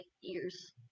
years